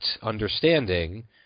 understanding